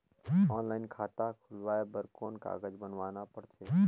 Online खाता खुलवाय बर कौन कागज बनवाना पड़थे?